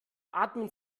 atmen